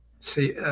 see